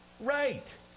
Right